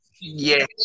yes